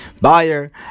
buyer